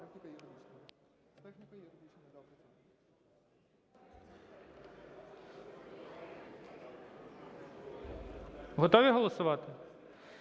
Готові голосувати?